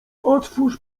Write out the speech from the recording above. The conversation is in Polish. otwórz